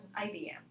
IBM